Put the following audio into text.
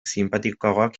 sinpatikoagoak